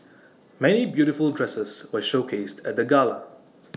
many beautiful dresses were showcased at the gala